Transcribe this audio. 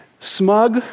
smug